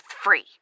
free